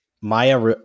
Maya